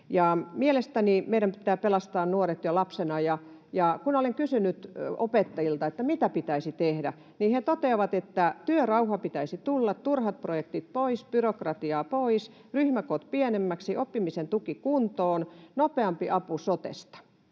Mielestäni meidän pitää pelastaa nuoret jo lapsena. Kun olen kysynyt opettajilta, että mitä pitäisi tehdä, niin he toteavat, että työrauha pitäisi tulla, turhat projektit pois, byrokratiaa pois, ryhmäkoot pienemmäksi, oppimisen tuki kuntoon, nopeampi apu sotesta.